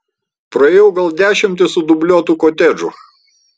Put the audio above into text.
praėjau gal dešimtį sudubliuotų kotedžų